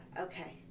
Okay